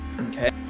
Okay